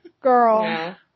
Girl